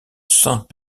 saint